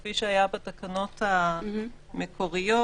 כפי שהיה בתקנות המקוריות